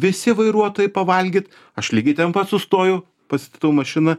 visi vairuotojai pavalgyt aš lygiai ten pat sustoju pasistatau mašiną